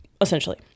essentially